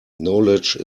knowledge